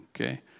okay